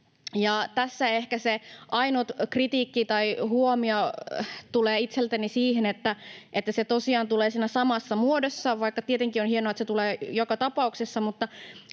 Tässä ehkä se ainut kritiikki tai huomio tulee itseltäni siihen, että se tosiaan tulee siinä samassa muodossa, vaikka tietenkin on hienoa, että se tulee joka tapauksessa,